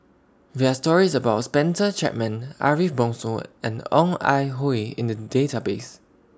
There Are stories about Spencer Chapman Ariff Bongso and Ong Ah Hoi in The Database